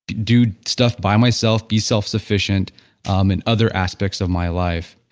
do stuff by myself, be self-sufficient um in other aspects of my life?